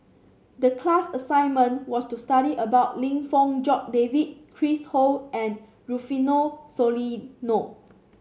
the class assignment was to study about Lim Fong Jock David Chris Ho and Rufino Soliano